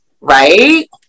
right